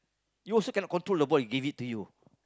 you also cannot control the ball he gave it to you